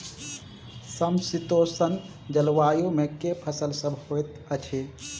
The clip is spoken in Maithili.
समशीतोष्ण जलवायु मे केँ फसल सब होइत अछि?